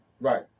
Right